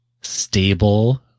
stable